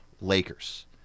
Lakers